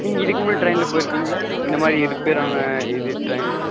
நீங்கள் இதுக்கு முன்னாடி ட்ரெயினில் போயிருக்கீங்களா இந்த மாதிரி ரிப்பேர் ஆன இது ட்ரெயினில்